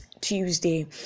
Tuesday